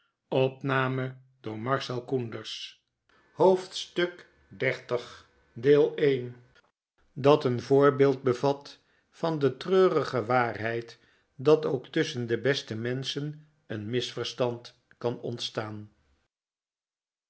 hoofdstuk xxx dat een voorbeeld bevat van de treurige waarheid dat ook tusschen de beste menschen een misverstand kan ontstaan